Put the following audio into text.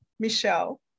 Michelle